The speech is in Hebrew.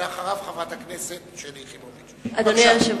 לאחרונה שמענו שחיילי מילואים שהתאמנו באזור צאלים נאלצו